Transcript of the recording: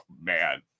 man